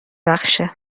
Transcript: بخشه